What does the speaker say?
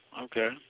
Okay